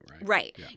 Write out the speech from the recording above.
Right